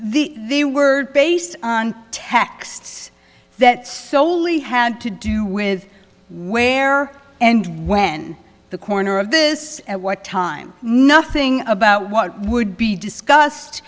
the they were based on texts that solely had to do with where and when the corner of this at what time nothing about what would be discussed